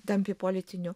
tampi politiniu